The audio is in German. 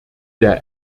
der